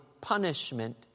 punishment